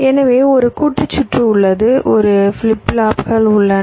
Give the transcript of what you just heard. எனவே ஒரு கூட்டு சுற்று உள்ளது ஒரு ஃபிளிப் ஃப்ளாப்கள் உள்ளன